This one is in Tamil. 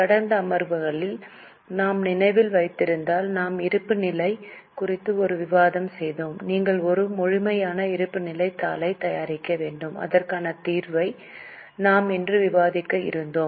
கடந்த அமர்வில் நாம் நினைவில் வைத்திருந்தால் நான் இருப்பு நிலை குறித்து ஒரு விவாதம் செய்தோம் நீங்கள் ஒரு முழுமையான இருப்புநிலைத் தாளைத் தயாரிக்க வேண்டும் அதற்கான தீர்வை நாம் இன்று விவாதிக்க இருந்தோம்